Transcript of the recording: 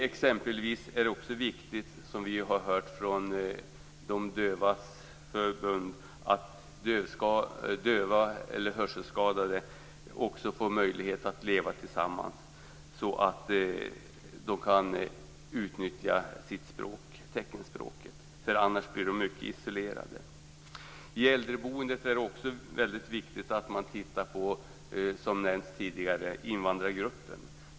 Det är också exempelvis viktigt med det som vi har hört från de dövas förbund; att döva eller hörselskadade får möjlighet att leva tillsammans så att de kan utnyttja sitt språk, teckenspråket. Annars blir de mycket isolerade. I äldreboendet är det också väldigt viktigt, som nämnts tidigare, att man tittar på invandrargruppen.